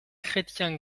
chrétien